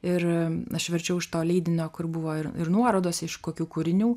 ir aš verčiau iš to leidinio kur buvo ir ir nuorodos iš kokių kūrinių